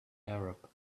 arab